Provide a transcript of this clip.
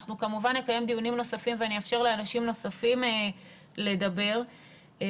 אנחנו כמובן נקיים דיונים נוספים ואני אאפשר לאנשים נוספים לדבר בהמשך,